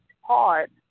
hard